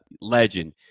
legend